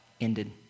ended